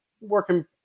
working